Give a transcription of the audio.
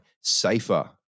safer